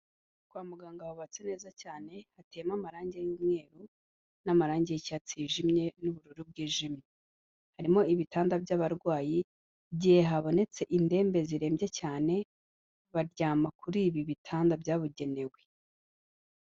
Kwa muganga hubatse neza cyane, hateyemo amarangi y'umweru n'amarangi y'icyatsi cyijimye n'ubururu bwijimye. Harimo ibitanda by'abarwayi, igihe habonetse indembe zirembye cyane baryama kuri ibi bitanda byabugenewe.